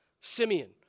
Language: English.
Simeon